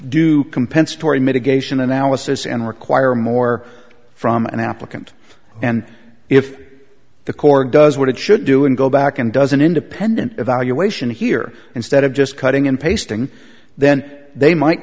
do compensatory mitigation analysis and require more from an applicant and if the corps does what it should do and go back and does an independent evaluation here instead of just cutting and pasting then they might